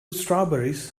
strawberries